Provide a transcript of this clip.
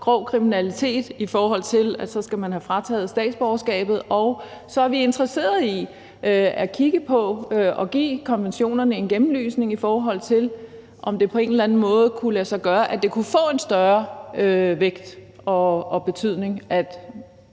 grov kriminalitet, så skal man have frataget statsborgerskabet. Og så er vi interesserede i at kigge på at give konventionerne en gennemlysning, i forhold til om det på en eller anden måde kunne lade sig gøre, at det kunne få en større vægt og betydning, og